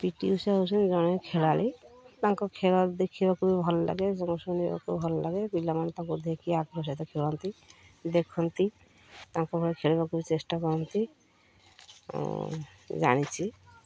ପିଟି ଉଷା ହେଉଛନ୍ତି ଜଣେ ଖେଳାଳି ତାଙ୍କ ଖେଳ ଦେଖିବାକୁ ବି ଭଲ ଲାଗେ ତାଙ୍କ ସଙ୍ଗେ ଶୁଣିବାକୁ ଭଲ ଲାଗେ ପିଲାମାନେ ତାଙ୍କୁ ଦେଖି ଆଗ୍ରହ ସହିତ ଖେଳନ୍ତି ଦେଖନ୍ତି ତାଙ୍କ ଭଳି ଖେଳିବାକୁ ବି ଚେଷ୍ଟା କରନ୍ତି ଆଉ ଜାଣିଛି